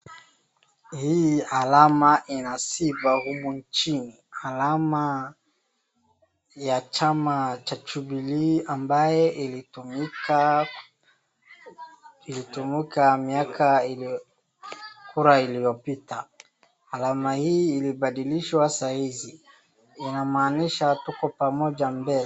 Hii alama ina sifa humu nchini. Alama ya chama cha Jubilee ambaye ilitumika miaka iliyo, kura iliyopita. Alama hii ilibandilishwa saa hizi. Inamaanisha tuko pamoja mbele.